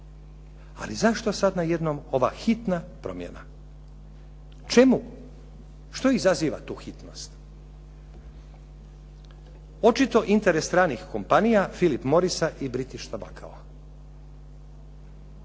Ali zašto sada najednom ova hitna promjena. Čemu? Što izaziva tu hitnost? Očito interes stranih kompanija Philip Morisa British tobacoa.